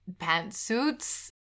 pantsuits